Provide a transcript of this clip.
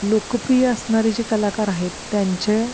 लोकप्रिय असणारे जे कलाकार आहेत त्यांच्या